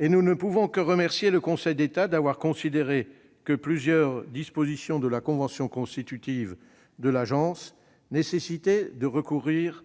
Nous ne pouvons donc que remercier le Conseil d'État d'avoir considéré que plusieurs dispositions de la convention constitutive de l'Agence nécessitaient de recourir